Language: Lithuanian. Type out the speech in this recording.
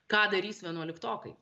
ką darys vienuoliktokai